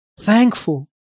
thankful